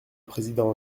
président